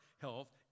health